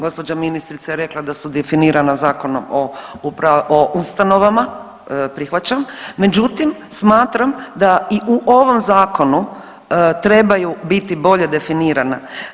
Gospođa ministrica je rekla da su definirana Zakonom o ustanovama, prihvaćam, međutim smatram da i u ovom zakonu trebaju biti bolje definirana.